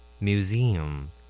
Museum